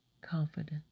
Confident